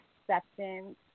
acceptance